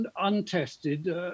untested